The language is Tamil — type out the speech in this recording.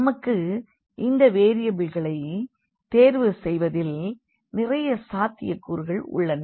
நமக்கு இந்த வேரியபிள்களை தேர்வு செய்வதில் நிறைய சாத்தியக்கூறுகள் உள்ளன